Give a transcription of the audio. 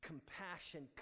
compassion